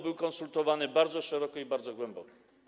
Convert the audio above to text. Był konsultowany bardzo szeroko i bardzo głęboko.